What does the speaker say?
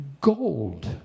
Gold